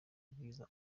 bwiza